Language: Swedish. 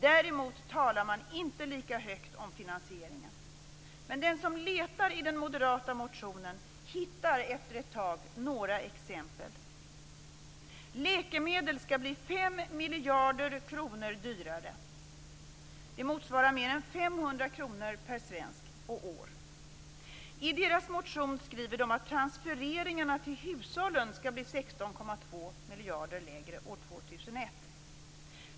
Däremot talar man inte lika högt om finansieringen. Men den som letar i den moderata motionen hittar efter ett tag några exempel. det motsvarar mer än 500 kr per svensk och år. I moderaternas motion skriver de att "transfereringarna till hushållen" skall bli 16,2 miljarder lägre år 2002.